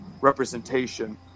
representation